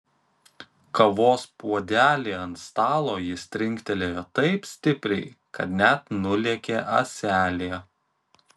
kavos puodelį ant stalo jis trinktelėjo taip stipriai kad net nulėkė ąselė